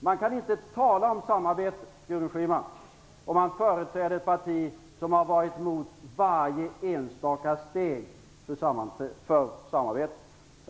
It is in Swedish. Man kan inte tala om samarbete om man företräder ett parti som har varit mot varje enstaka steg för samarbete.